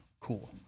Cool